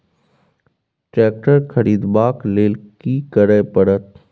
Tractor खरीदबाक लेल की करय परत?